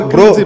Bro